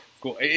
Cool